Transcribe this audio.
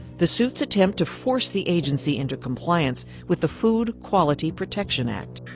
the suits attempt to force the agency into compliance with the food quality protection acte.